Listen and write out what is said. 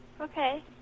okay